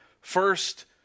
First